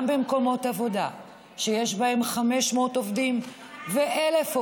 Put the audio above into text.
גם במקומות עבודה שיש בהם 500 עובדים ו-1,000 עובדים,